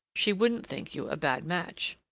she wouldn't think you a bad match.